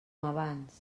abans